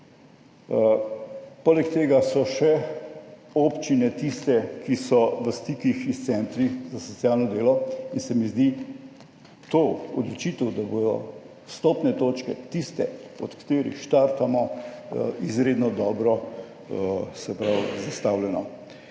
Poleg tega so še občine tiste, ki so v stikih s centri za socialno delo in se mi zdi to odločitev, da bodo vstopne točke tiste, od katerih štartamo izredno dobro, se pravi zastavljeno,